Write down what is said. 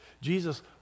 Jesus